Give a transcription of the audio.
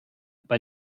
aber